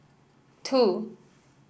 two